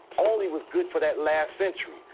all he was good for that last century.